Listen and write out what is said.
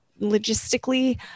logistically